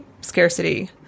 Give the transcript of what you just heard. scarcity